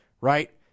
right